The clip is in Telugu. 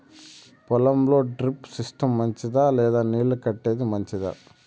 పొలం లో డ్రిప్ సిస్టం మంచిదా లేదా నీళ్లు కట్టేది మంచిదా?